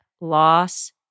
loss